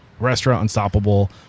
Restaurantunstoppable